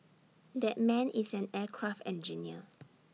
that man is an aircraft engineer